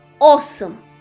awesome